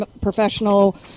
professional